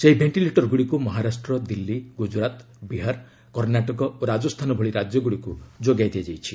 ସେହି ଭେଷ୍ଟିଲେଟରଗୁଡ଼ିକୁ ମହାରାଷ୍ଟ୍ର ଦିଲ୍ଲୀ ଗୁଜୁରାଟ ବିହାର କର୍ଷ୍ଣାଟକ ଓ ରାଜସ୍ଥାନ ଭଳି ରାଜ୍ୟଗୁଡ଼ିକୁ ଯୋଗାଇ ଦିଆଯାଇଛି